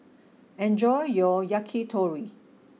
enjoy your Yakitori